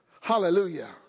Hallelujah